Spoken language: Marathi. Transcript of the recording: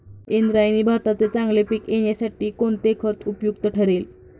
इंद्रायणी भाताचे चांगले पीक येण्यासाठी कोणते खत उपयुक्त ठरेल?